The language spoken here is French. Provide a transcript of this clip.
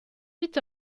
vite